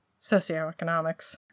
socioeconomics